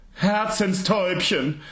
Herzenstäubchen